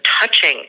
touching